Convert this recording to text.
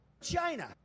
China